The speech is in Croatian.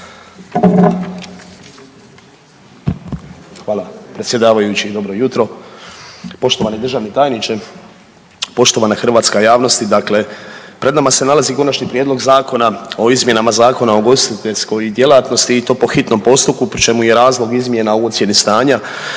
Hvala predsjedavajući. Dobro jutro. Poštovani državni tajniče. Poštovana hrvatska javnosti. Dakle, pred nama se nalazi Konačni prijedlog Zakona o izmjenama Zakona o ugostiteljskoj djelatnosti i to po hitnom postupku pri čemu je razlog izmjena u ocjeni stanja